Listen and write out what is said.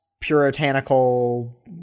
puritanical